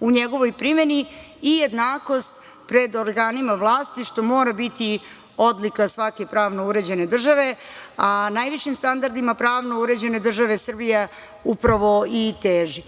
u njegovoj primeni i jednakost pred organima vlasti, što mora biti odlika svake pravno uređene države, a najvišim standardima pravno uređene države Srbija upravo i teži.